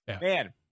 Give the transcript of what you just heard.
man